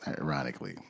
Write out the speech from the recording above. Ironically